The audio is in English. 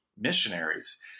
missionaries